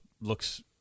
looks